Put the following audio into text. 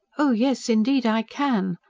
oh yes, indeed i can,